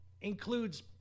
includes